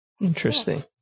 Interesting